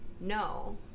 No